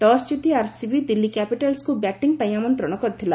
toss ଜିତି RCB Delhi Capitals କୁ batting ପାଇଁ ଆମନ୍ତ୍ରଣ କରିଥିଲା